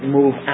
move